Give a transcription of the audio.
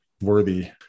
worthy